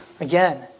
Again